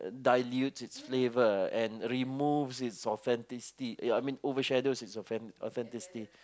dilutes its flavour and remove its authenticity ya I mean over shadows it's a fan authenticity